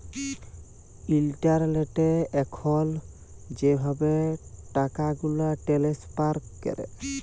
ইলটারলেটে এখল যেভাবে টাকাগুলা টেলেস্ফার ক্যরে